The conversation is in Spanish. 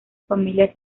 familia